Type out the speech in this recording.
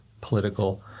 political